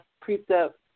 precept